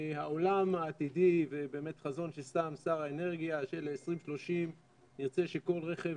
העולם העתידי ובאמת חזון ששם שר האנרגיה של 2030 ירצה שכל רכב